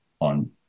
on